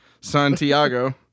Santiago